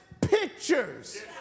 pictures